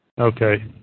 Okay